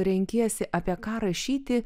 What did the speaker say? renkiesi apie ką rašyti